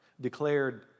declared